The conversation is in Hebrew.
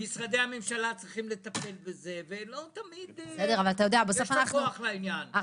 משרדי הממשלה צריכים לטפל בזה ולא תמיד יש לו כוח לעניין.